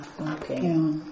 Okay